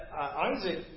Isaac